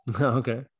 Okay